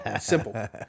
simple